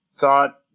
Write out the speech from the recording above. thought